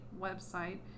website